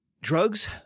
drugs